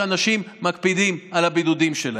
שאנשים מקפידים על הבידודים שלהם.